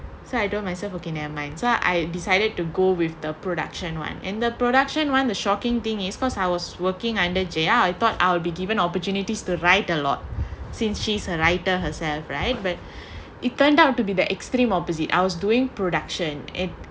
so I told myself okay never mind so I decided to go with the production [one] and the production [one] the shocking thing is first I was working under J_R I thought I will be given opportunities to write a lot since she's a writer herself right but it turned out to be the extreme opposite I was doing production and